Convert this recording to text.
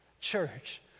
Church